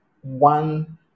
one